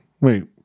Wait